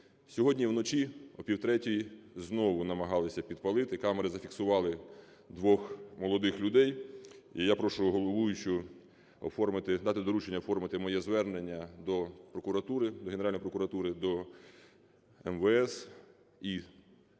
Сьогодні вночі, о півтретій, знову намагалися підпалити, камери зафіксували двох молодих людей. І я прошу головуючу оформити, дати доручення оформити моє звернення до прокуратури, до Генеральної прокуратури, до МВС і до